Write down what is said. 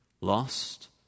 Lost